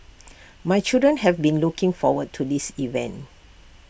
my children have been looking forward to this event